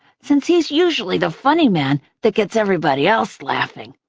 since he's usually the funnyman that gets everybody else laughing.